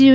you